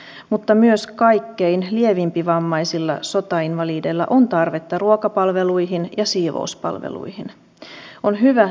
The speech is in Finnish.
ne eivät pohdi mihin ne saisivat rahat laitettua niin ettei suomi koskaan hyötyisi niistä